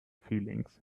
feelings